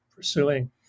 pursuing